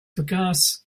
vergaß